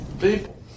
People